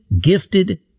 gifted